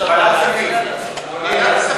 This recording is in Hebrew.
תצביע, מליאה.